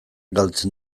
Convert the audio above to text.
galtzen